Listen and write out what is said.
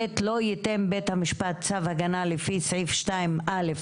(ב)לא ייתן בית המשפט צו הגנה לפי סעיף 2()א)(4)